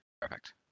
Perfect